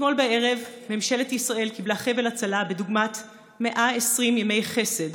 אתמול בערב ממשלת ישראל קיבלה חבל הצלה בדמות 120 ימי חסד